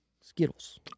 Skittles